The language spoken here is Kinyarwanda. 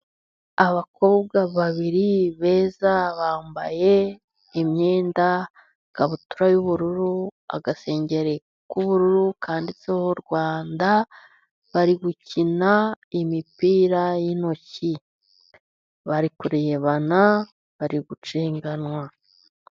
Abakobwa babiri beza bambaye imyenda, ikabutura y'ubururu, agasengero k'ubururu kanditseho Rwanda. Bari gukina imipira y'intoki, bari kurebana, bari gucenganwa.